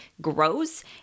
grows